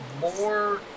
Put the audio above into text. more